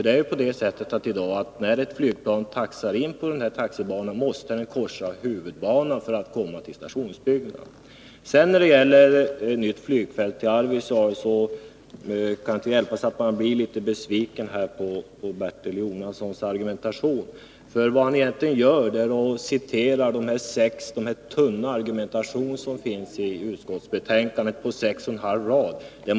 Det är ju på det sättet att när ett flygplan taxar in på taxibanan måste det korsa huvudbanan för att komma till stationsbyggnaden. När det sedan gäller förläggning av ett nytt flygfält till Arvidsjaur kan det inte hjälpas att man blir litet besviken på Bertil Jonassons argumentation. Vad han egentligen gör är att han citerar de tunna argument som finns redovisade i utskottsbetänkandet på sex och en halv rader.